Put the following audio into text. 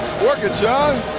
work it, jon!